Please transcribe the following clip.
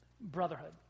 brotherhood